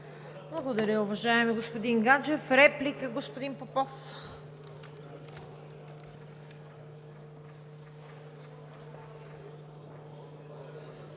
Благодаря, уважаеми господин Гаджев. Реплики? Господин Попов.